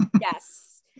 Yes